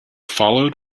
followed